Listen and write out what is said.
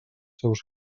seus